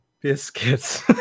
biscuits